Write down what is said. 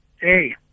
hey